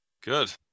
Good